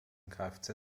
kfz